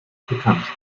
bekannt